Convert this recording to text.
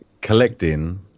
collecting